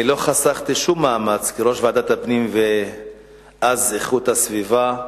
אני לא חסכתי שום מאמץ כראש ועדת הפנים ואיכות הסביבה,